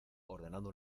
ordenando